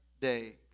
day